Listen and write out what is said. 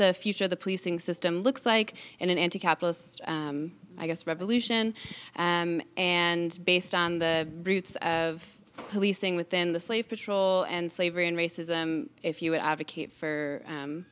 the future of the policing system looks like in an anti capitalist i guess revolution and and based on the roots of policing within the slave patrol and slavery and racism if you would advocate for